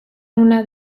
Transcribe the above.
una